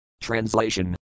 Translation